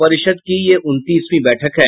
परिषद की यह उनतीसवीं बैठक है